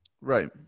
right